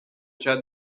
cea